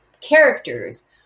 characters